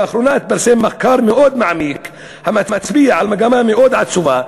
לאחרונה התפרסם מחקר מאוד מעמיק המצביע על מגמה מאוד עצובה,